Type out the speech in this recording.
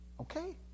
okay